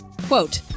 quote